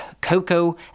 cocoa